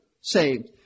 saved